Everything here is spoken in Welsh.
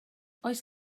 oes